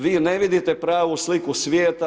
Vi ne vidite pravu sliku svijeta.